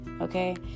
okay